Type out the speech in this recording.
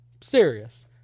Serious